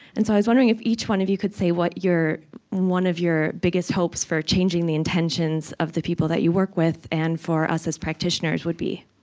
and so i was wondering if each one of you could say what one one of your biggest hopes for changing the intentions of the people that you work with and for us as practitioners would be